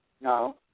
No